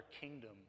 kingdom